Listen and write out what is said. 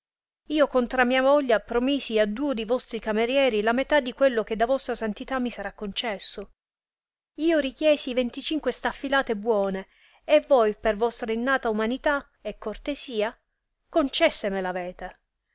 io contra mia voglia promisi a duo di vostri camerieri la metà di quello che da vostra santità mi sarà concesso io richiesi venticinque staffilate buone e voi per vostra innata umanità e cortesia concesse me